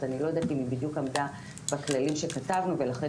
אז אני לא יודעת אם היא בדיוק עמדה בכללים שכתבנו ולכן